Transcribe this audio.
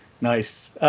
Nice